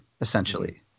essentially